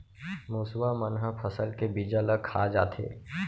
मुसवा मन ह फसल के बीजा ल खा जाथे